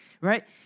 right